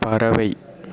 பறவை